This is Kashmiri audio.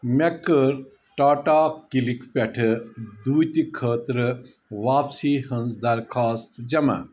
مےٚ کٔر ٹا ٹا کِلِک پٮ۪ٹھ دوتہِ خٲطرٕ واپسی ہِنٛز درخوٛاست جمع